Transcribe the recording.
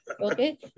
Okay